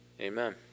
amen